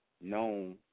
known